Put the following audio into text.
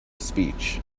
speech